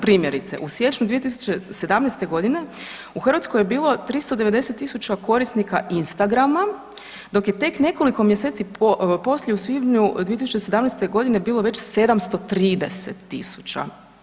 Primjerice, u siječnju 2017. godine u Hrvatskoj je bilo 390.000 korisnika instagrama dok je tek nekoliko mjeseci poslije u svibnju 2017. godine bilo već 730.000.